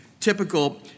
Typical